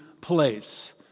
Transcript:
place